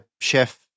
chef